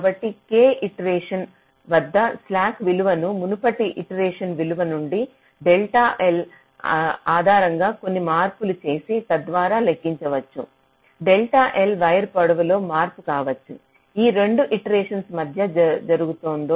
కాబట్టి k iteration వద్ద slack విలువను మునుపటి ఇటారేషన్ విలువ నుండి డెల్టా ఎల్ ఆధారంగా కొన్ని మార్పులు చేసి తద్వారా లెక్కించవచ్చు డెల్టా ఎల్ వైర్ పొడవులో మార్పు కావచ్చు ఈ 2 ఇటారేషన్ మధ్య జరుగుతోంది